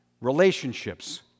relationships